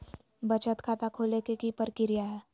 बचत खाता खोले के कि प्रक्रिया है?